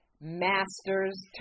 Masters